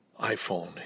iPhone